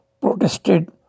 protested